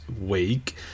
week